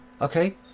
Okay